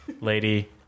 lady